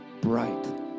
bright